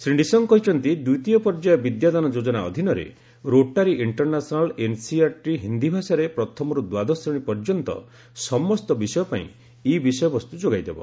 ଶ୍ରୀ ନିଶଙ୍କ କହିଛନ୍ତି ଦ୍ୱିତୀୟ ପର୍ଯ୍ୟାୟ ବିଦ୍ୟାଦାନ ଯୋଜନା ଅଧୀନରେ ରୋଟାରୀ ଇଷ୍ଟରନ୍ୟାସନାଲ୍ ଏନ୍ସିଇଆରଟିକୁ ହିନ୍ଦୀଭାଷାରେ ପ୍ରଥମରୁ ଦ୍ୱାଦଶ ଶ୍ରେଣୀ ପର୍ଯ୍ୟନ୍ତ ସମସ୍ତ ବିଷୟ ପାଇଁ ଇ ବିଷୟବସ୍ତୁ ଯୋଗାଇ ଦେବ